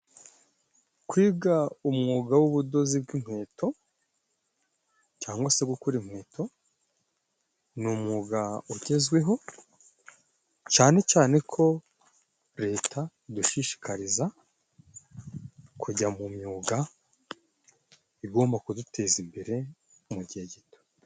Kwiga umwuga w'ubudozi bw'inkweto cyangwa se gukora inkweto ni umwuga ugezweho, cane cane ko Leta idushishikariza kujya mu myuga igomba kuduteza imbere mu gihe gito.